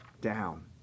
down